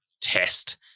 test